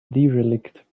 derelict